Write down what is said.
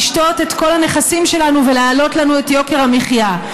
לשתות את כל הנכסים שלנו ולהעלות לנו את יוקר המחיה.